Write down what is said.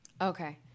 Okay